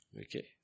Okay